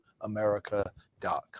america.com